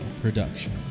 Production